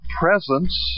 presence